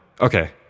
okay